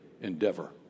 endeavor